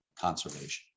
conservation